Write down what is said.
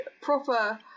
proper